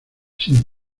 sin